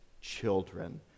children